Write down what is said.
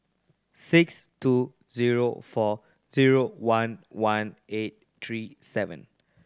six two zero four zero one one eight three seven